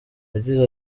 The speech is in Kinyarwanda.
yagize